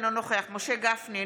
אינו נוכח משה גפני,